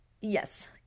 yes